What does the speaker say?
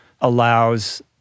allows